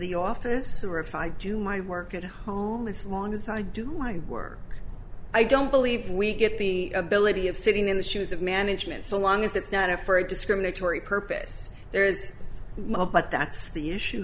the office or if i do my work at home as long as i do my work i don't believe we get the ability of sitting in the shoes of management so long as it's not a for a discriminatory purpose there is but that's the issue